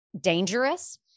dangerous